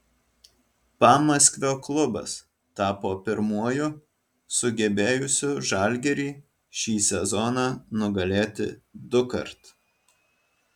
pamaskvio klubas tapo pirmuoju sugebėjusiu žalgirį šį sezoną nugalėti dukart